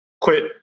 quit